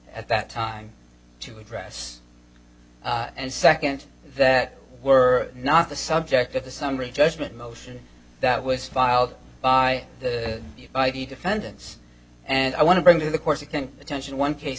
at that time to address and second that were not the subject of the summary judgment motion that was filed by you by the defendants and i want to bring to the corsican attention one case